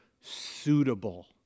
suitable